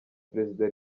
perezida